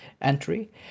entry